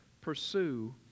Pursue